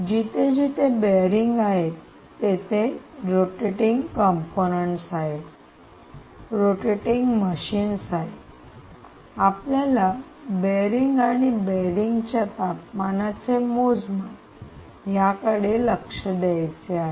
जिथे जिथे बेरिंग आहेत तेथे रोटेटिंग कंपोनेंट्स rotating components फिरणारे घटक रोटेटिंग मशीन्स rotating machines फिरणारी मशीन्स आहेत आपल्याला बेरिंग आणि बेरिंगच्या तापमानाचे मोजमाप याकडे लक्ष द्यायचे आहे